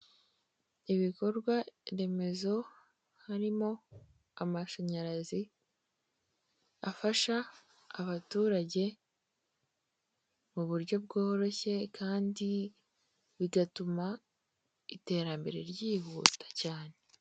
Ibikorwaremezo harimo amashanyarazi afasha abaturage mu buryo bworoshye kandi bigatuma iterambere ryihuta cyane.